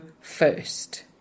first